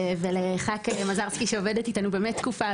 ולח"כ מזרסקי שבאמת עובדת איתנו תקופה,